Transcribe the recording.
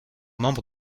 membres